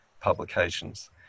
publications